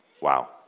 Wow